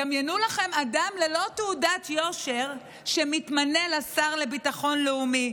דמיינו לכם אדם ללא תעודת יושר שמתמנה לשר לביטחון לאומי.